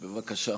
בבקשה.